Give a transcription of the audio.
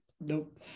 Nope